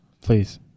Please